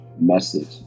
message